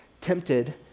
tempted